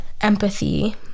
empathy